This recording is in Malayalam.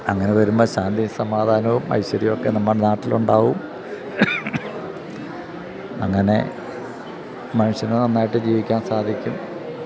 അങ്ങനെ വരുമ്പോള് ശാന്തിയും സമാധാനവും ഐശ്വര്യവുമൊക്കെ നമ്മുടെ നാട്ടിലുണ്ടാകും അങ്ങനെ മനുഷ്യന് നന്നായിട്ട് ജീവിക്കാൻ സാധിക്കും